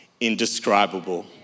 indescribable